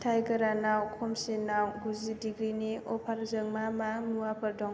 फिथाइ गोरानआव खमसिनाव गुजि डिग्रिनि अफारजों मा मा मुवाफोर दं